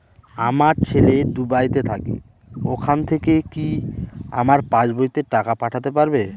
আমার ছেলে দুবাইতে থাকে ওখান থেকে কি আমার পাসবইতে টাকা পাঠাতে পারবে?